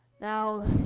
Now